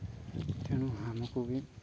ତେଣୁ ଆମକୁ ବି